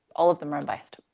all of them are unbiased.